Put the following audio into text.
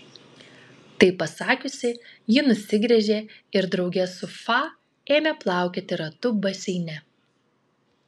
tai pasakiusi ji nusigręžė ir drauge su fa ėmė plaukioti ratu baseine